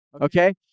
okay